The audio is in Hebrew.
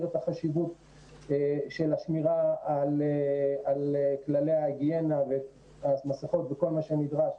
את החשיבות של השמירה על כללי ההיגיינה וכל מה שנדרש.